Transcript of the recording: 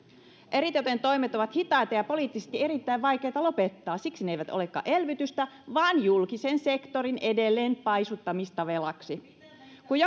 eritoten toimet ovat hitaita ja poliittisesti erittäin vaikeita lopettaa siksi ne eivät olekaan elvytystä vaan julkisen sektorin edelleen paisuttamista velaksi kun